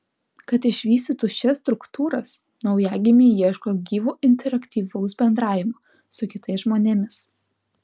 kad išvystytų šias struktūras naujagimiai ieško gyvo interaktyvaus bendravimo su kitais žmonėmis